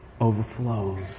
overflows